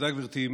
גברתי.